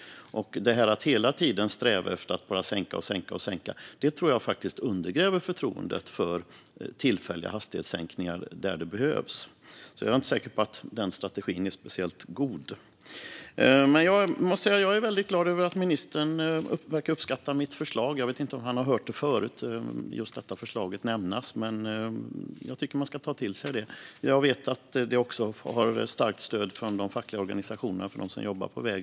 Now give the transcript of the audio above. Detta att hela tiden sträva efter att bara sänka och sänka tror jag faktiskt undergräver förtroendet för tillfälliga hastighetssänkningar där sådana behövs. Jag är inte säker på att den strategin är speciellt god. Men jag måste säga att jag är väldigt glad över att ministern verkar uppskatta mitt förslag. Jag vet inte om han har hört just detta förslag nämnas förut, men jag tycker att man ska ta det till sig. Jag vet att förslaget också har starkt stöd från de fackliga organisationerna för dem som jobbar på väg.